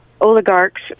oligarchs